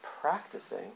practicing